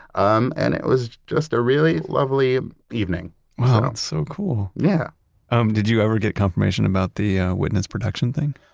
um and it was just a really lovely evening wow, that's so cool! yeah um did you ever get confirmation about the witness protection thing?